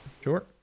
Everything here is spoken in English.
sure